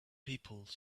people